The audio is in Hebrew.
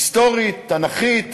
היסטורית, תנ"כית,